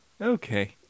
Okay